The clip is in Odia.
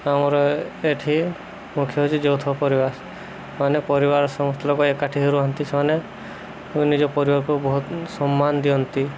ଆମର ଏଇଠି ମୁଖ୍ୟ ହେଉଛିି ଯୌଥ ପରିବାର ମାନେ ପରିବାର ସମସ୍ତ ଲୋକ ଏକାଠି ରୁହନ୍ତି ସେମାନେ ନିଜ ପରିବାରକୁ ବହୁତ ସମ୍ମାନ ଦିଅନ୍ତି